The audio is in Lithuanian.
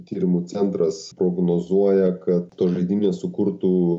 tyrimų centras prognozuoja kad tos žaidynės sukurtų